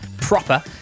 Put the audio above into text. proper